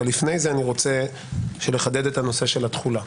אבל לפני זה אני רוצה לחדד את הנושא של התחולה.